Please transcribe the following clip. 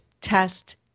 test